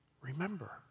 Remember